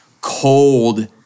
cold